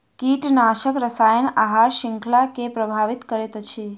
कीटनाशक रसायन आहार श्रृंखला के प्रभावित करैत अछि